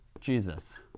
Jesus